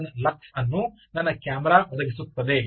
001 lux ಅನ್ನು ನನ್ನ camera ಒದಗಿಸುತ್ತದೆ